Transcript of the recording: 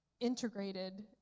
integrated